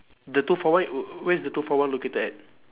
the two for one w~ where's the two for one located at